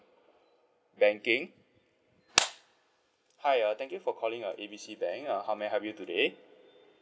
banking hi uh thank you for calling uh A B C bank uh how may I help you today